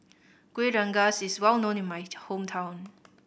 Kueh Rengas is well known in my hometown